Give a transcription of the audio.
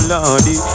Lordy